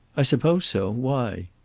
i suppose so. why?